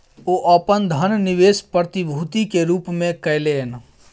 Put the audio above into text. ओ अपन धन निवेश प्रतिभूति के रूप में कयलैन